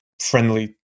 Friendly